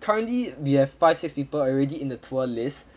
currently we have five six people already in the tour list